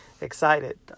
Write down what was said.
excited